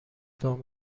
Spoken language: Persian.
دام